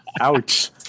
ouch